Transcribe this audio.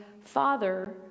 father